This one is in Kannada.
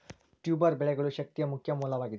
ಟ್ಯೂಬರ್ ಬೆಳೆಗಳು ಶಕ್ತಿಯ ಮುಖ್ಯ ಮೂಲವಾಗಿದೆ